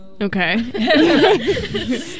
Okay